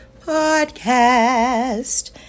Podcast